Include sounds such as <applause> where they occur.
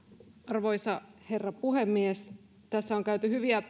arvoisa herra puhemies tässä on käytetty hyviä <unintelligible>